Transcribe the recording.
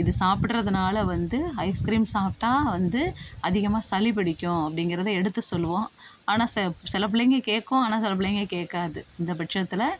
இது சாப்பிட்றதுனால வந்து ஐஸ்க்ரீம் சாப்பிட்டா வந்து அதிகமாக சளி பிடிக்கும் அப்படிங்கிறது எடுத்து சொல்லுவோம் ஆனால் செ சில பிள்ளைங்க கேட்கும் ஆனால் சில பிள்ளைங்க கேட்காது இந்த பட்சத்தில்